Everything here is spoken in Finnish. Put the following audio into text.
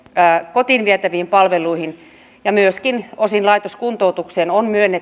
kotiin vietäviin palveluihin ja myöskin osin laitoskuntoutukseen